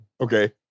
Okay